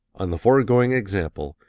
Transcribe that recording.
on the foregoing example,